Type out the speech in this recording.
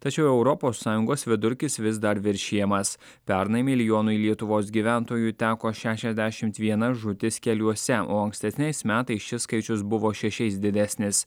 tačiau europos sąjungos vidurkis vis dar viršijamas pernai milijonui lietuvos gyventojų teko šešiasdešimt viena žūtis keliuose o ankstesniais metais šis skaičius buvo šešiais didesnis